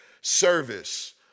service